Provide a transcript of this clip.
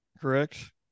correct